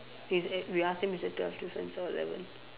it's at we ask him is there twelve difference or eleven